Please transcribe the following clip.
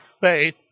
faith